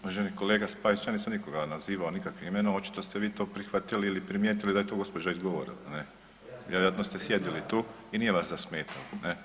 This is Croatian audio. Uvaženi kolega Spajić ja nisam nikoga nazivao nikakvim imenom, očito ste vi to prihvatili ili primijetili da je to gospođa izgovorila ne, vjerojatno ste sjedili tu i nije vas zasmetalo, ne.